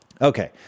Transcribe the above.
Okay